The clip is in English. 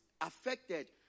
affected